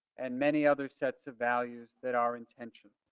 and many other sets of values that our intention.